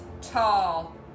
tall